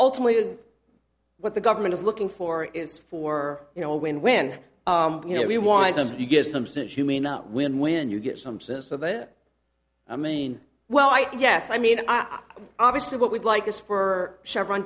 ultimately what the government is looking for is for you know when when you know we want them to get some sense you may not win when you get some sense of it i mean well i guess i mean i'm obviously what we'd like is for chevron